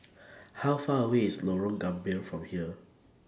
How Far away IS Lorong Gambir from here